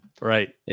right